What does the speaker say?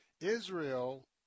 Israel